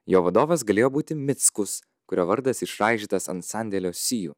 jo vadovas galėjo būti mickus kurio vardas išraižytas ant sandėlio sijų